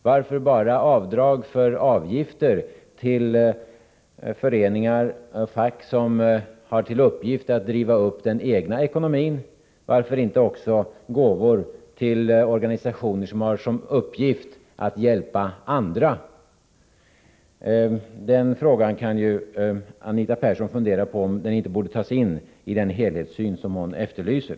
Varför avdrag bara för avgifter till fackföreningar, som har till uppgift att driva upp ens egen ekonomi? Varför inte avdrag också för gåvor till organisationer som har till uppgift att hjälpa andra? Anita Persson kan fundera på om inte denna fråga bör tas in i den helhetssyn som hon efterlyser.